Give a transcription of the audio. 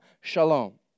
Shalom